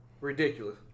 Ridiculous